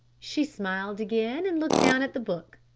she smiled again, and looked down at the book.